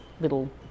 little